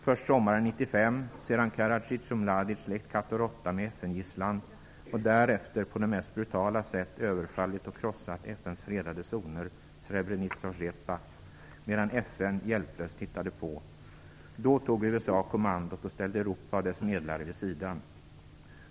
Först sommaren 1995, sedan Karadzic och Mladic lekt katt och råtta med FN-gisslan och därefter på det mest brutala sätt överfallit och krossat hjälplöst tittade på, tog USA kommandot och ställde Europa och dess medlare vid sidan.